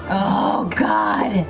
oh god.